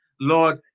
Lord